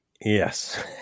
Yes